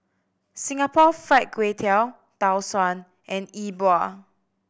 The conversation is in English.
Singapore Fried Kway Tiao Tau Suan and Yi Bua